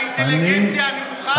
על האינטליגנציה הנמוכה?